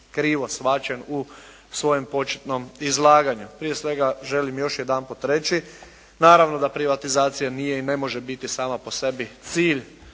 krivo shvaćen u svojem početnom izlaganju. Prije svega želim još jedanput reći, naravno da privatizacija nije i ne može biti sama po sebi cilj